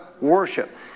worship